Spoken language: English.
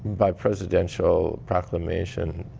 by presidential proclamation,